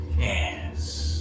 Yes